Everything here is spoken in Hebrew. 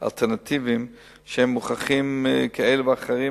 אלטרנטיביים כאלה ואחרים,